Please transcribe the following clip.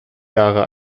jahre